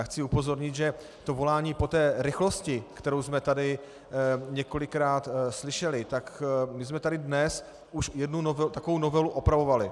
Chci upozornit, že volání po té rychlosti, kterou jsme tady několikrát slyšeli tak jsme tady dnes už jednu takovou novelu opravovali.